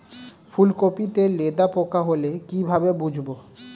ফুলকপিতে লেদা পোকা হলে কি ভাবে বুঝবো?